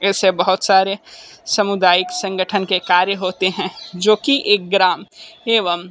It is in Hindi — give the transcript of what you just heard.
ऐसे बहुत सारे सामुदायिक संगठन के कार्य होते हैं जो की एक ग्राम एवं